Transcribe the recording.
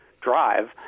drive